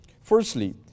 firstly